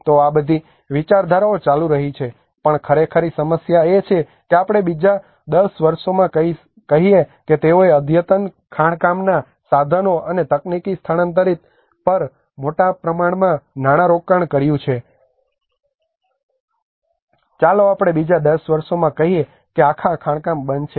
તો આ બધી વિચારધારા ચાલુ રહી છે પણ ખરી સમસ્યા એ છે કે આપણે બીજા 10 વર્ષોમાં કહીએ કે તેઓએ અદ્યતન ખાણકામનાં સાધનો અને તકનીકોથી સ્થાનાંતરિત કરવા માટે મોટા પ્રમાણમાં નાણાંનું રોકાણ કર્યું છે ચાલો આપણે બીજા 10 વર્ષોમાં કહીએ કે આખા ખાણ બંધ છે